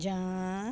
ਜਾਂ